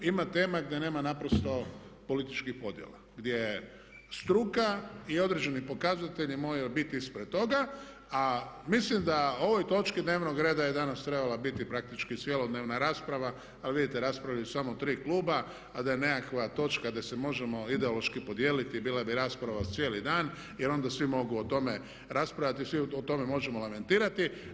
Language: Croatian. Ima tema gdje nema naprosto političkih podjela, gdje struka i određeni pokazatelji i moja je obitelj ispred toga, a mislim da o ovoj točki dnevnog reda je danas trebala biti praktički cjelodnevna rasprava, a vidite raspravljaju samo tri kluba a da je nekakva točka da se možemo ideološki podijeliti, bila bi rasprava cijeli dan jer onda svi mogu o tome raspravljati i svi o tome možemo lamentirati.